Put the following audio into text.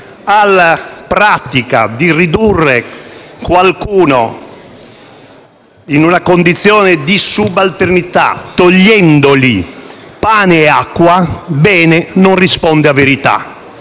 alla pratica di ridurre qualcuno in una condizione di subalternità togliendogli pane e acqua. Ebbene, ciò non risponde a verità.